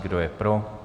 Kdo je pro?